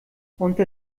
unter